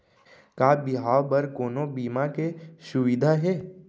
का बिहाव बर कोनो बीमा के सुविधा हे?